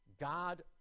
God